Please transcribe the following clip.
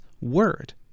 word